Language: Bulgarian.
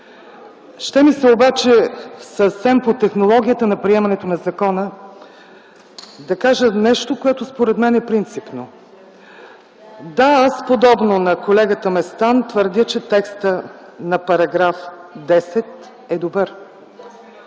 Ще ми се обаче съвсем по технологията на приемането на закона да кажа нещо, което, според мен, е принципно. Да, аз, подобно на колегата Местан, твърдя, че текстът на § 10 е добър.